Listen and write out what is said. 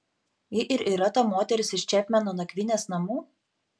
ji ir yra ta moteris iš čepmeno nakvynės namų